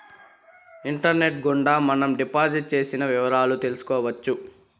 internet గుండా మనం deposit చేసిన వివరాలు తెలుసుకోవచ్చు